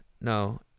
No